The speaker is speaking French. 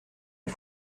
est